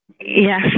yes